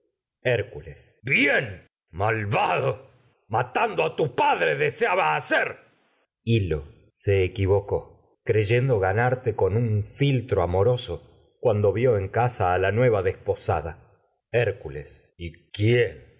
hacer bien malvado bien matando a tu padre hacer hil lo se equivocó creyendo ganarte con un fil tro amorpso cuando vió en casa a la nueva desposada es ese hércules y quién